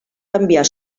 canviar